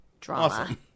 Drama